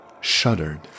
shuddered